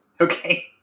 Okay